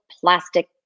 plastic